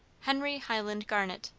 henry highland garnet.